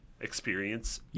experience